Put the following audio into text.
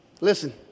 Listen